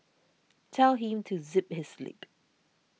tell him to zip his lip